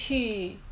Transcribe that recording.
eh 厦门